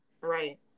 Right